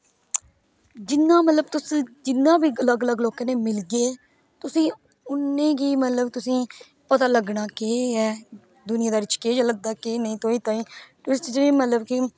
जिन्ना मतलब तुस जिन्ना बी अलग अलग लोकें कन्ने मिलगे तुसेगी उनी गै मतलब तुसेगी पता लगना कि के है दुनिया दारी च केह् चला दा के नेई तुसेंगी मतलब कि